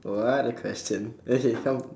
oh other question okay come